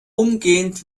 umgehend